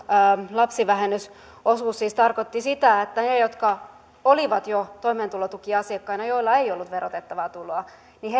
lapsivähennyksen osuus siis tarkoitti sitä että he jotka olivat jo toimeentulotukiasiakkaina ja joilla ei ollut verotettavaa tuloa